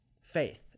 faith